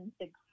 six